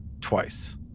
twice